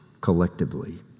collectively